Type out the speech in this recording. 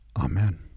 Amen